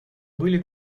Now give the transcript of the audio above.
были